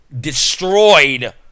destroyed